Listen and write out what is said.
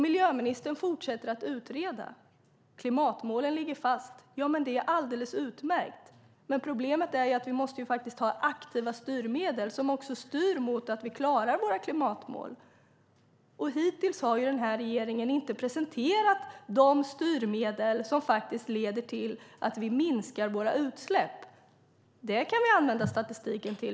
Miljöministern fortsätter att utreda. Klimatmålen ligger fast. Det är alldeles utmärkt. Problemet är att vi måste ha aktiva styrmedel som styr mot att vi klarar våra klimatmål. Hittills har den här regeringen inte presenterat de styrmedel som leder till att vi minskar våra utsläpp. Vi kan använda statistiken.